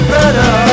better